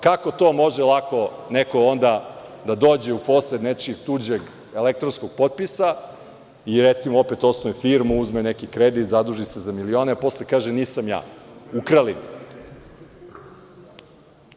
Kako to može neko lako onda da dođe u posed nečijeg tuđe elektronskog potpisa i recimo, opet osnuje firmu, uzme neki kredit, zaduži se za milione, posle kaže – nisam ja, ukrali mi.